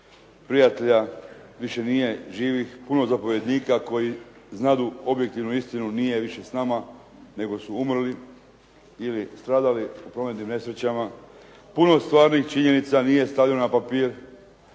prijatelja više nije živih, puno zapovjednika koji znadu objektivnu istinu, nije više s nama nego su umrli ili stradali u prometnim nesrećama, puno stvarnih činjenica nije stavljeno na papir,